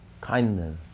kindness